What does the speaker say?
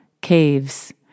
Caves